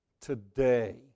Today